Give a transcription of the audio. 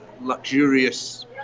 luxurious